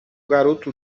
garoto